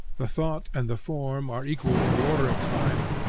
the thought and the form are equal in the order of time,